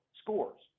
scores